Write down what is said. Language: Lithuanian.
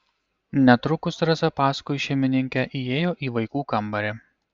netrukus rasa paskui šeimininkę įėjo į vaikų kambarį